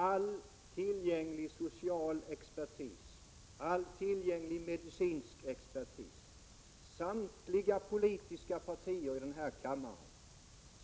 All tillgänglig social expertis, medicinsk expertis och samtliga politiska partier i denna kammare